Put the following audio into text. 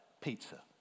Pizza